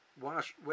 wash